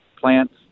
plants